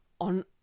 on